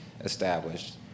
established